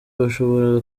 bashobora